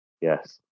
yes